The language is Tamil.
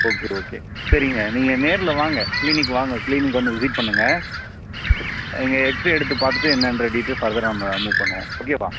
ஓகே ஓகே சரிங்க நீங்கள் நேரில் வாங்க க்ளீனிக் வாங்க க்ளீனிக் வந்து விசிட் பண்ணுங்கள் இங்கே எக்ஸ்ரே எடுத்து பார்த்துட்டு என்னென்ற டீட்டெயில்ஸ் ஃபர்தராக நம்ம மூவ் பண்ணுவோம் ஓகேவா